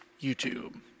YouTube